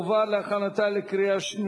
זכאות להשלמת תגמול צורך),